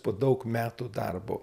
po daug metų darbo